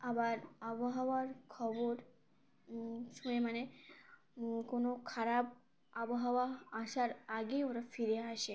আবার আবহাওয়ার খবর শুনে মানে কোনো খারাপ আবহাওয়া আসার আগেই ওরা ফিরে আসে